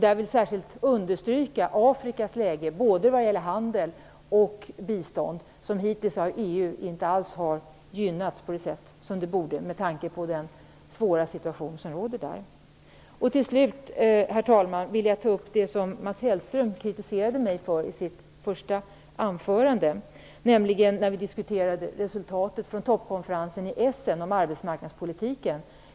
Jag vill särskilt understryka Afrikas läge, både vad gäller handel och bistånd. EU har hittills inte alls gynnat Afrika på det sätt som man borde med tanke på den svåra situation som råder där. Herr talman! Till sist vill jag ta upp det som Mats Hellström kritiserade mig för i sitt första anförande. Det handlar om resultatet av toppkonferensen i Essen när det gällde arbetsmarknadspolitiken.